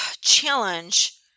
challenge